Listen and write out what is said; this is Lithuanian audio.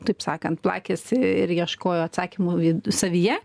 taip sakant plakėsi ir ieškojo atsakymų savyje